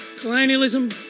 colonialism